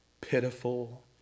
pitiful